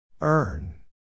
Earn